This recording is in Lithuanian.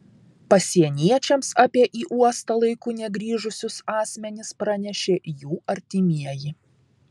pasieniečiams apie į uostą laiku negrįžusius asmenis pranešė jų artimieji